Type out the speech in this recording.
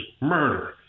murder